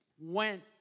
went